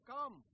Come